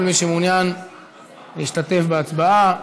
כל מי שמעוניין להשתתף בהצבעה.